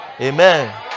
amen